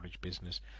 business